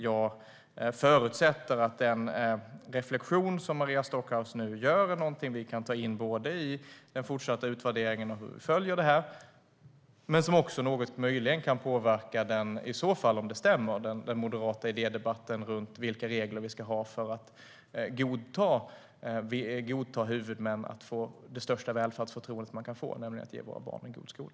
Jag förutsätter att den reflektion som Maria Stockhaus nu gör är någonting som vi kan ta in i den fortsatta utvärderingen och i hur vi följer det här men som också, ifall detta stämmer, möjligen kan påverka den moderata idédebatten om vilka regler vi ska ha för att godta huvudmän och ge dem det största välfärdsförtroende man kan få, nämligen att ge våra barn en bra skola.